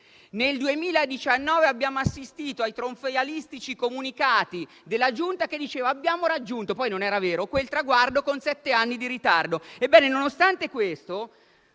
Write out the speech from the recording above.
nel 2019 abbiamo assistito a trionfalistici comunicati della giunta che diceva di aver raggiunto - poi non era vero - quel traguardo con sette anni di ritardo. Ebbene, nonostante questo